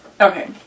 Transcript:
Okay